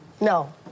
No